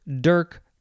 dirk